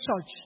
church